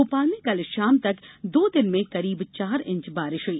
भोपाल में कल षाम तक दो दिन में करीब चार इंच बारिष हुई